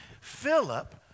Philip